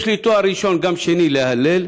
יש לי תואר ראשון גם שני, להלל.